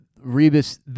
Rebus